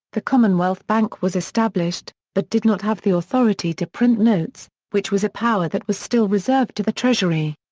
the commonwealth bank was established, but did not have the authority to print notes, which was a power that was still reserved to the treasury.